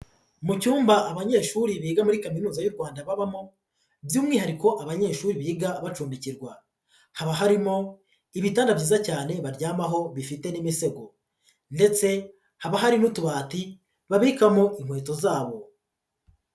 Mu cyumba abanyeshuri biga muri kaminuza y'u Rwanda babamo, by'umwihariko abanyeshuri biga bacumbikirwa. Haba harimo ibitanda byiza cyane baryamaho bifite n'imisego ndetse haba hari n'utubati babikamo inkweto zabo.